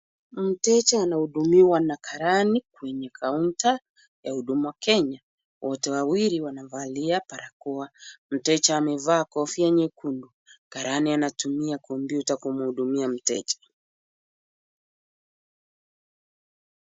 Mteja anahudumiwa na karani kwenye counter ya huduma Kenya, wote wawili wanavalia brakoa, mteja amevalia kofia nyekundu, karani anatumia kompiuta kumhudumia mteja.